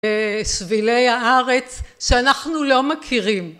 בשבילי הארץ שאנחנו לא מכירים